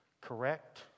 correct